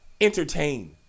entertain